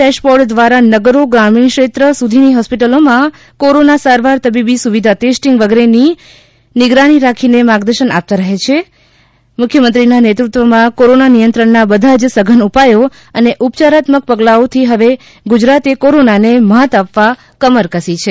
dash board દ્વારા નગરો ગ્રામિણ ક્ષેત્ર સુધીની હોસ્પિટલોમાં કોરોના સારવાર તબીબી સુવિધા ટેસ્ટીંગ વગેરેની નિગરાની રાખીને માર્ગદર્શન આપતા રહે છે મુખ્યમંત્રીના નેતૃત્વમાં કોરોના નિયંત્રણના બધા જ સઘન ઉપાયો અને ઉપયારાત્મક પગલાંઓથી હવે ગુજરાતે કોરોનાને મ્હાત આપવા કમર કસી છે